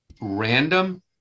random